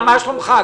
מה שלומך?